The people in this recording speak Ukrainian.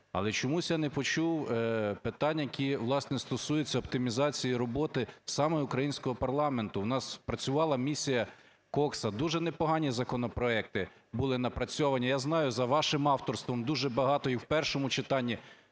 Але чомусь я не почув питань, які, власне, стосуються оптимізації роботи саме українського парламенту. В нас працювала Місія Кокса. Дуже непогані законопроекти були напрацьовані, я знаю, за вашим авторством. Дуже багато і в першому читанні